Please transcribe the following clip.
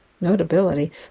notability